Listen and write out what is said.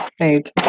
right